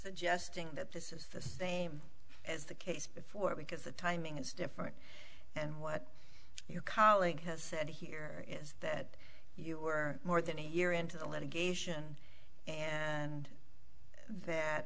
suggesting that this is the same as the case before because the timing is different and what your colleague has said here is that you were more than a year into the litigation and that